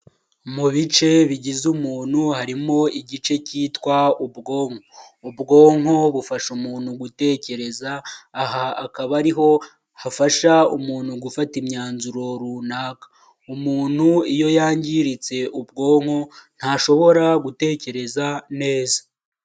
Mu bice bigize umuntu harimo igice cyitwa ubwo ubwonko. Ubwonko bufasha umuntu gutekereza, aha akaba ari ho hafasha umuntu gufata imyanzuro runaka. Umuntu iyo yangiritse ubwonko, ntashobora gutekereza neza.